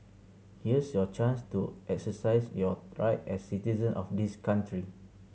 here's your chance to exercise your right as citizen of this country